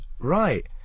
Right